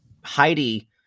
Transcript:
Heidi